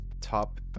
top